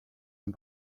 and